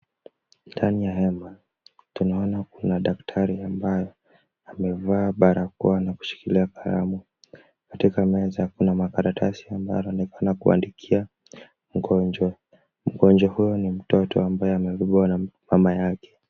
Ndani ya hema, tunaona kuna daktari ambayo amevaa barakoa na kushikilia kalamu. Katika meza kuna makaratasi inaonekana kuandikia mgonjwa. Mgonjwa huyo ni mtoto ambaye amebebwa na mama yake.